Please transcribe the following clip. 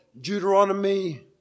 Deuteronomy